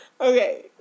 Okay